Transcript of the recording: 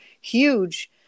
huge